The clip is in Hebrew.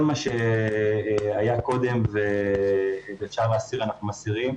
כל מה שהיה קודם ואפשר להסיר אנחנו מסירים.